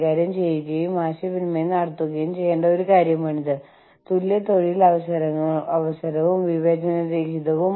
ഏകജാതി എന്നാൽ വിവിധ വ്യത്യസ്തമായ പാരാമീറ്ററുകൾക്കനുസരിച്ച് സമാനമായ ഏകതാനമായ മാർഗങ്ങൾ